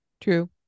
true